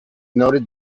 noted